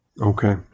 Okay